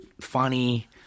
funny